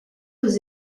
aux